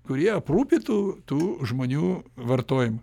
kurie aprūpintų tų žmonių vartojimą